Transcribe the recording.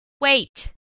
Wait